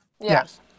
Yes